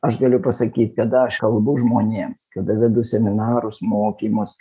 aš galiu pasakyt kada aš kalbu žmonėms kada vedu seminarus mokymus